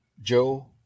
Joe